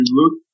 look